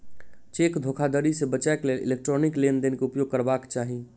cheque धोखाधड़ी से बचैक लेल इलेक्ट्रॉनिक लेन देन के उपयोग करबाक चाही